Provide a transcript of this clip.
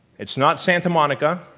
it's not santa monica,